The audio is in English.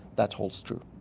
that holds true.